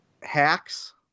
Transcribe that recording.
Hacks